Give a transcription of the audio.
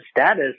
status